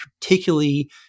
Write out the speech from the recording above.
particularly